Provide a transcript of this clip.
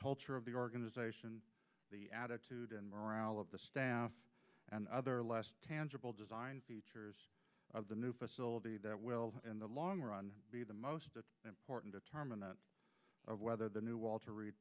culture of the organization the attitude and morale of the staff and other less tangible design features of the new facility that will in the long run be the most important determinant of whether the new wal